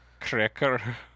Cracker